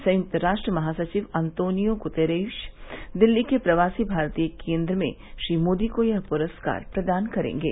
संयुक्त राष्ट्र महासचिव अंतोनियो गुतेरेश दिल्ली के प्रवासी भारतीय केंद्र में श्री मोदी को यह पुरस्कार प्रदान करेंगे